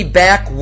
back